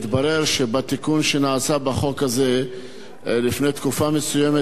התברר שבתיקון שנעשה בחוק הזה לפני תקופה מסוימת,